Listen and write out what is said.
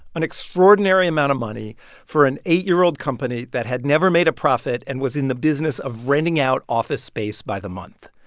an extraordinary amount of money for an eight year old company that had never made a profit and was in the business of renting out office space by the month.